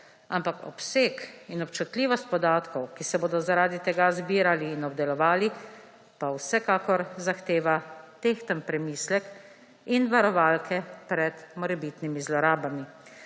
ampak obseg in občutljivost podatkov, ki se bodo zaradi tega zbirali in obdelovali, pa vsekakor zahteva tehten premislek in varovalke pred morebitnimi zlorabami.